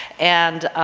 and,